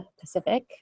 Pacific